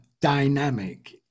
dynamic